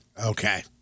Okay